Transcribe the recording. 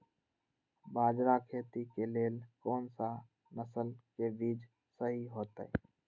बाजरा खेती के लेल कोन सा नसल के बीज सही होतइ?